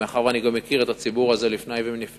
מאחר שאני גם מכיר את הציבור הזה לפני ולפנים,